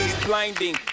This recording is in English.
blinding